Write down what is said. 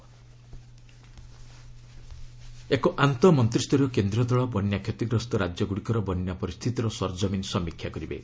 centre flood ଏକ ଆନ୍ତଃ ମନ୍ତ୍ରୀଷ୍ଠରୀୟ କେନ୍ଦ୍ରୀୟ ଦଳ ବନ୍ୟା କ୍ଷତିଗ୍ରସ୍ତ ରାଜ୍ୟଗୁଡ଼ିକର ବନ୍ୟା ପରିସ୍ଥିତିର ସରଜମିନ୍ ସମୀକ୍ଷା କରିବେ